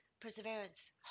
perseverance